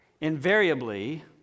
Invariably